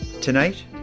Tonight